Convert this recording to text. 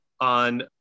on